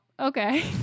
Okay